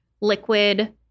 liquid